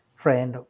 friend